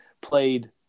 played